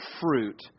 fruit